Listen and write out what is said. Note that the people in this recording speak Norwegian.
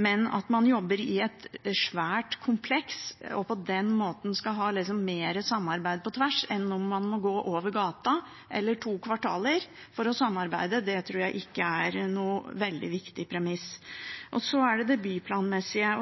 men at man jobber i et svært kompleks og på den måten skal ha mer samarbeid på tvers enn når man må gå over gata eller to kvartaler for å samarbeide, tror jeg ikke er noe veldig viktig premiss. Når det gjelder det byplanmessige,